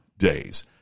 days